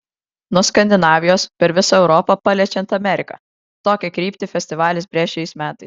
nuo skandinavijos per visą europą paliečiant ameriką tokią kryptį festivalis brėš šiais metais